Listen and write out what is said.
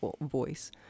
voice